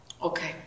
Okay